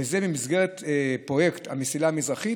וזה במסגרת פרויקט המסילה המזרחית,